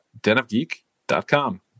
denofgeek.com